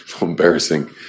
embarrassing